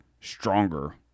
stronger